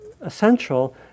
essential